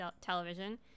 television